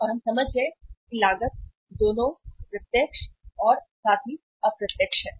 और हम समझ गए हैं कि लागत दोनों प्रत्यक्ष और साथ ही अप्रत्यक्ष है